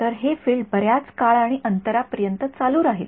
तर हे फील्ड बर्याच काळ आणि अंतरापर्यंत सुरु राहील